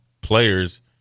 players